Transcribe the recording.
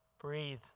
breathe